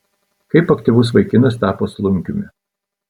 kaip aktyvus vaikinas tapo slunkiumi